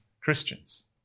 Christians